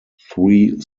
three